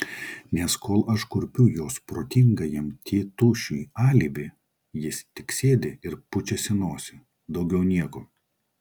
nes kol aš kurpiu jos protingajam tėtušiui alibi jis tik sėdi ir pučiasi nosį daugiau nieko